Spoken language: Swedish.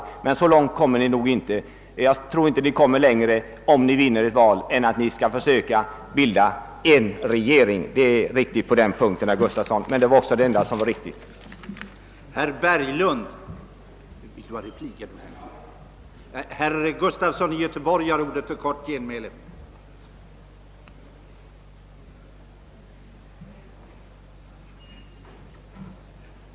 Men så långt som till ett parti kommer ni nog inte. Jag tror inte ni kommer att gå längre om mi vinner valet än att ni skall försöka bilda en regering. Det är riktigt på den punkten, herr Gustafson i Göteborg, men det var också det enda som var riktigt i Ert anförande.